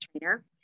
trainer